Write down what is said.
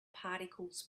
particles